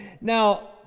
now